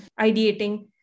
ideating